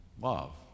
love